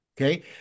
okay